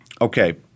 Okay